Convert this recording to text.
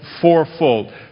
fourfold